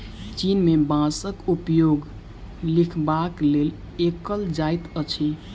चीन में बांसक उपयोग लिखबाक लेल कएल जाइत अछि